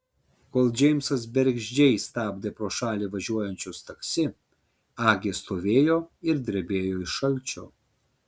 kol džeimsas bergždžiai stabdė pro šalį važiuojančius taksi agė stovėjo ir drebėjo iš šalčio